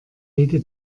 jede